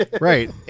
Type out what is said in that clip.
Right